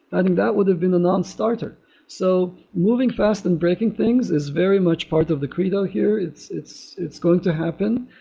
i think that would've been the non-starter so moving fast and breaking things is very much part of the credo here. it's it's going to happen.